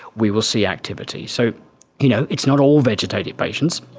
we will see activity. so you know it's not all vegetative patients,